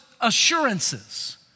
assurances